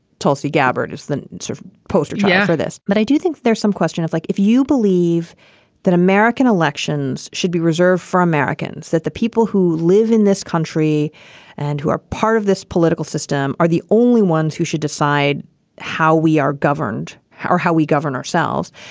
tulsi gabbard is the sort of poster child yeah for this. but i do think there's some question if, like if you believe that american elections should be reserved for americans, that the people who live in this country and who are part of this political system are the only ones who should decide how we are governed or how we govern ourselves.